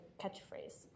Catchphrase